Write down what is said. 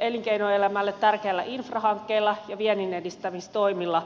elinkeinoelämälle tärkeällä infrahankkeella ja vienninedistämistoimilla